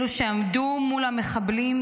אלו שעמדו מול המחבלים,